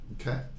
Okay